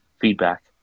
feedback